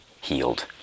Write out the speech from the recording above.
Healed